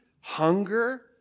hunger